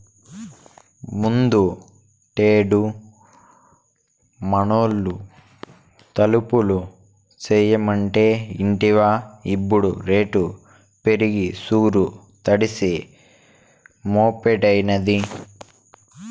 ముందుటేడు మనూళ్లో తలుపులు చేయమంటే ఇంటివా ఇప్పుడు రేటు పెరిగి సూరు తడిసి మోపెడైనాది